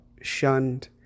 shunned